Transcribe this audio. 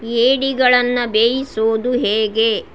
ಏಡಿಗಳನ್ನು ಬೇಯಿಸೋದು ಹೇಗೆ